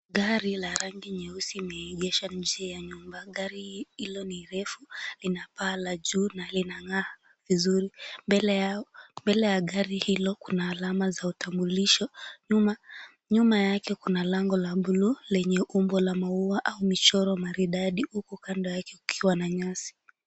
Gari la rangi nyeusi imeegesha nje ya nyumba. Gari hilo ni refu, lina paa la juu na linang'aa vizuri. Mbele ya gari hilo kuna alama za utambulisho, nyuma yake kuna lango la buluu lenye umbo la maua au michoro maridadai, huku kando yake kukiwa na nyasi.